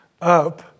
up